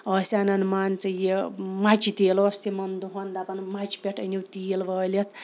ٲسۍ اَنان مان ژٕ یہِ مَچہِ تیٖل اوس تِمَن دۄہَن دَپان مَچہِ پٮ۪ٹھ أنِو تیٖل وٲلِتھ